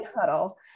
huddle